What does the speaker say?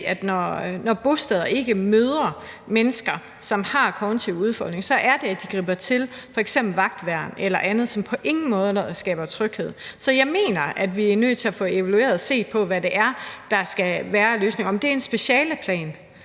at når bosteder møder mennesker, som har kognitive udfordringer, er det, at de griber til f.eks. vagtværn eller andet, som på ingen måde skaber tryghed. Så jeg mener, at vi er nødt til at få evalueret og set på, hvad det er, der skal være af løsning. Uanset om det er en specialeplan,